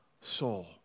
soul